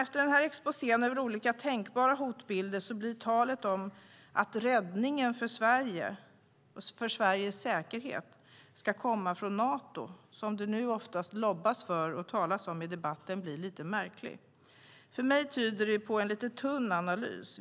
Efter denna exposé över olika tänkbara hotbilder blir talet om att räddningen för Sveriges säkerhet ska komma från Nato, som det nu ofta lobbas för och talas om i debatten, lite märkligt. För mig tyder det på en lite tunn analys.